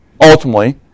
ultimately